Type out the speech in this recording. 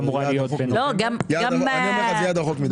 שאמורה להיות --- אני אומר לך שזהו יעד רחוק מדי.